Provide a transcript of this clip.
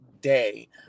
day